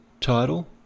title